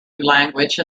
language